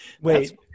wait